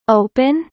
open